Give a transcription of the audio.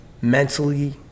Mentally